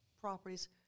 properties